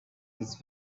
this